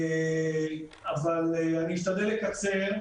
אשתדל לקצר,